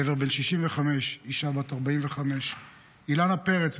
גבר בן 65 ואישה בת 45. אילנה פרץ,